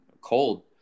cold